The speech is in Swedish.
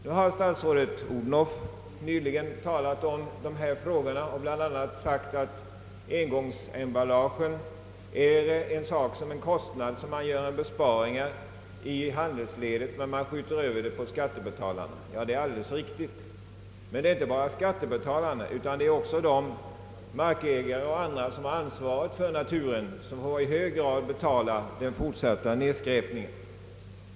Nu har statsrådet Odhnoff nyligen talat om dessa problem och bl.a. sagt att man i fråga om engångsemballagen gör besparingar i handelsledet men skjuter över kostnaden till skattebetalarna. Det är alldeles riktigt. Men det är inte bara skattebetalarna, utan också markägare och andra som har ansvaret för naturen som i stor utsträckning får betala den fortsatta nedskräpningen.